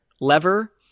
lever